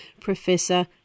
Professor